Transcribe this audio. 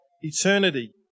eternity